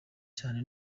cyane